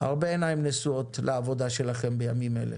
הרבה עיניים נשואות לעבודה שלכם בימים אלה